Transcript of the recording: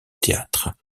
théâtre